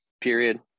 Period